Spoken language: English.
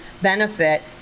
benefit